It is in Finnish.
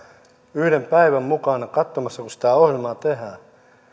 yhden päivän mukana katsomassa kun sitä ohjelmaa tehdään